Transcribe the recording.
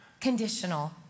conditional